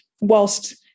whilst